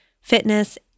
fitness